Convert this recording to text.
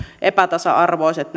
epätasa arvoiset